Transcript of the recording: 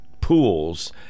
pools